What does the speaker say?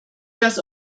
das